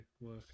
work